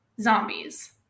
zombies